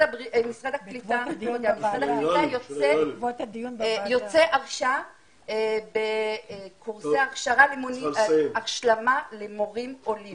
הקליטה יוצא עכשיו בקורסי השלמה למורים עולים.